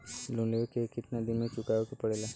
Loan लेवे के कितना दिन मे चुकावे के पड़ेला?